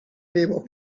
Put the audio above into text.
people